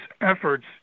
efforts